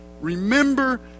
Remember